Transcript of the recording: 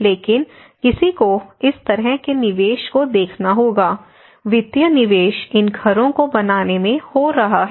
लेकिन किसी को इस तरह के निवेश को देखना होगा वित्तीय निवेश इन घरों को बनाने में हो रहा है